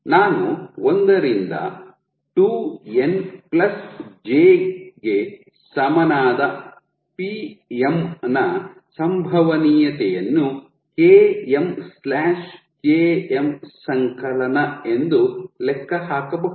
ನಾನು 1 ರಿಂದ 2n j ಗೆ ಸಮನಾದ Pm ನ ಸಂಭವನೀಯತೆಯನ್ನು km km ಸಂಕಲನ ಎಂದು ಲೆಕ್ಕ ಹಾಕಬಹುದು